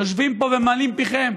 יושבים פה ממלאים פיכם.